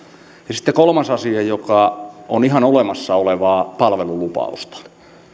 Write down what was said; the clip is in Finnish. ja sitten kolmas asia joka on ihan olemassa olevaa palvelulupausta